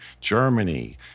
Germany